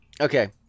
Okay